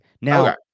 Now